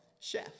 chef